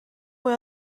mwy